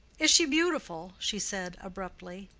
is she beautiful? she said, abruptly.